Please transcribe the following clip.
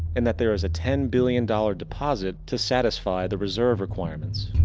and that there is a ten billion dollar deposit to satisfy the reserve requirements.